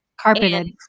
Carpeted